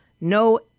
no